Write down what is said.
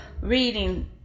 reading